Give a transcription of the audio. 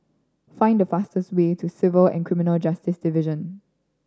find the fastest way to Civil and Criminal Justice Division